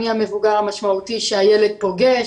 מי המבוגר המשמעותי שהילד פוגש.